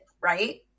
right